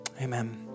Amen